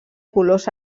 colors